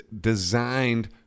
designed